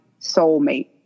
soulmate